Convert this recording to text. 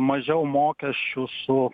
mažiau mokesčių su